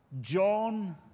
John